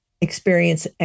experience